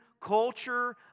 culture